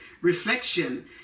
reflection